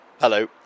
Hello